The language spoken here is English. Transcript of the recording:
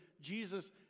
jesus